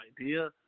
idea